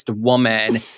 woman